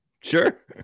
sure